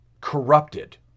corrupted